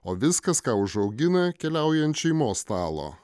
o viskas ką užaugina keliauja ant šeimos stalo